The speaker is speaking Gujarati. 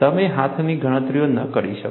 તમે હાથની ગણતરીઓ ન કરી શકો